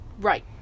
right